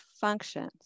functions